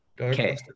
Okay